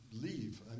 leave